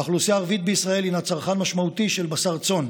האוכלוסייה הערבית בישראל היא צרכן משמעותי של בשר צאן.